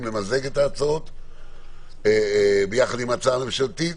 למזג את ההצעות ביחד עם ההצעה הממשלתית?